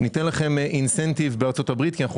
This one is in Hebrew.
ניתן לכם אינסנטיב בארצות הברית כי אנחנו